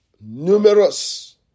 Numerous